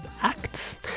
acts